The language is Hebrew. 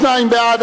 52 בעד,